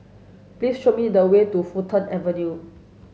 please show me the way to Fulton Avenue